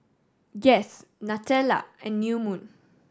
Guess Nutella and New Moon